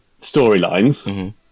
storylines